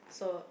so